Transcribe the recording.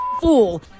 fool